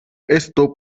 esto